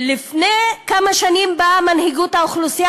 לפני כמה שנים באה מנהיגות האוכלוסייה